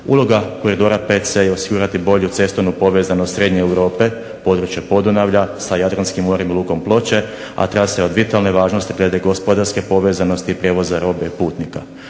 Uloga koridora VC je osigurati bolju cestovnu povezanost srednje Europe, područja Podunavlja sa Jadranskim morem i lukom Ploče, a trasa je od vitalne važnosti glede gospodarske povezanosti prijevoza robe i putnika.